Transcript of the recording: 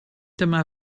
dyma